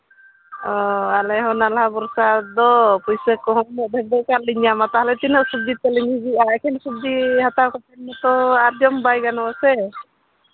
ᱚ ᱟᱞᱮ ᱦᱚᱸ ᱱᱟᱞᱦᱟ ᱵᱚᱨᱥᱟ ᱫᱚ ᱯᱩᱭᱥᱟᱹ ᱠᱚᱦᱚᱸ ᱩᱱᱟᱹᱜ ᱰᱷᱮᱨ ᱚᱠᱟ ᱨᱮᱞᱤᱧ ᱧᱟᱢᱟ ᱛᱟᱦᱞᱮ ᱛᱤᱱᱟᱹᱜ ᱥᱚᱵᱽᱡᱤ ᱛᱟᱹᱞᱤᱧ ᱦᱤᱡᱩᱜᱼᱟ ᱮᱠᱮᱱ ᱥᱚᱵᱽᱡᱤ ᱦᱟᱛᱟᱣ ᱠᱟᱛᱮᱫ ᱱᱤᱛᱚᱜ ᱟᱨ ᱡᱚᱢ ᱵᱟᱭ ᱜᱟᱱᱚᱜ ᱟᱥᱮ